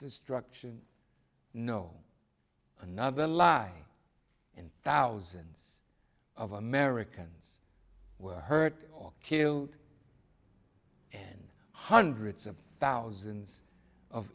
destruction no another lie and thousands of americans were hurt or killed and hundreds of thousands of